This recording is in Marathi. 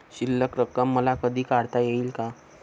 शिल्लक रक्कम मला कधी काढता येईल का?